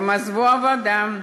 הם עזבו עבודה,